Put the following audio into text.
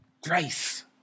Grace